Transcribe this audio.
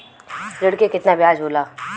ऋण के कितना ब्याज होला?